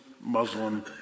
Muslim